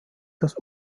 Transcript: das